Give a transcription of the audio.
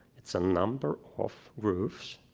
it's a number of grooves